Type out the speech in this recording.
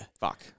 Fuck